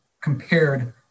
compared